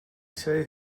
said